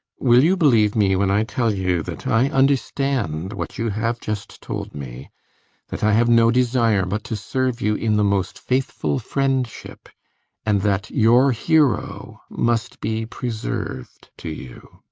will you believe me when i tell you that i understand what you have just told me that i have no desire but to serve you in the most faithful friendship and that your hero must be preserved to you.